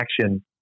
action